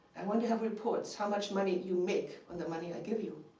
i want to have reports, how much money you make from the money i give you.